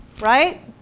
right